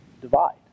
divide